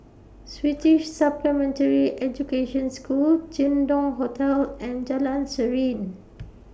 Swedish Supplementary Education School Jin Dong Hotel and Jalan Serene